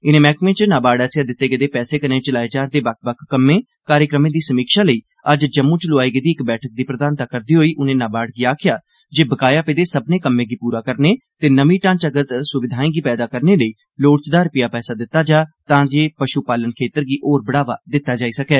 इनें मैह्कमें च नाबार्ड आसेआ दित्ते गेदे पैसे कन्नै चलाए जा'रदे बक्ख बक्ख कम्में कार्यक्रमें दी समीक्षा लेई अज्ज जम्मू च लोआई गेदी इक बैठक दी प्रधानता करदे होई उनें नाबार्ड गी आखेआ जे बकाया पेदे सक्मनें कम्में गी पूरा करने ते नमिआं ढांचागत सुविधाएं गी पैदा करने लेई लोड़चदा रपेआ पैसा दित्ता जा तांजे पषुपालन खेत्तर गी होर बढ़ावा दित्ता जाई सकै